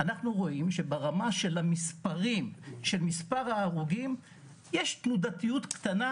אנחנו רואים שברמה של מספר ההרוגים יש תנודתיות קטנה,